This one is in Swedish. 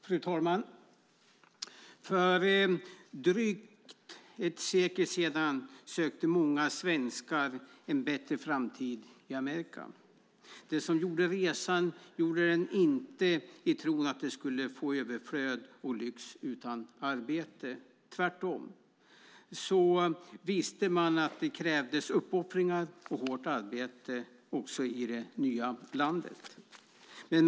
Fru talman! För drygt ett sekel sedan sökte många svenskar en bättre framtid i Amerika. De som gjorde resan gjorde den inte i tron att de skulle få överflöd och lyx, utan de trodde att de skulle få arbete. De visste att det krävdes uppoffringar och hårt arbete också i det nya landet.